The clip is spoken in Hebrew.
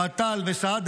אוהד טל וסעדה,